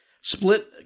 split